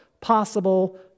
possible